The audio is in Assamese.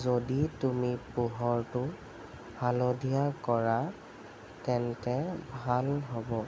যদি তুমি পোহৰটো হালধীয়া কৰা তেন্তে ভাল হ'ব